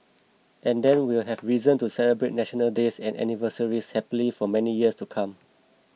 and then we'll have reason to celebrate National Days and anniversaries happily for many years to come